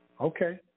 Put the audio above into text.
Okay